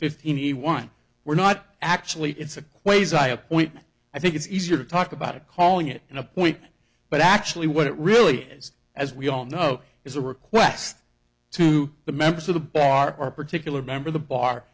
fifty one we're not actually it's a quasar appointment i think it's easier to talk about it calling it an appointment but actually what it really is as we all know is a request to the members of the bar or particular member the bar